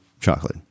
chocolate